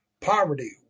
Poverty